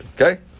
Okay